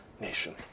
nation